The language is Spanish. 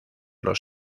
los